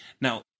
Now